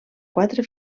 quatre